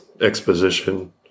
exposition